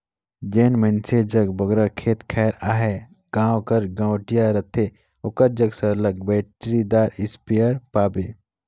जेन मइनसे जग बगरा खेत खाएर अहे गाँव कर गंवटिया रहथे ओकर जग सरलग बइटरीदार इस्पेयर पाबे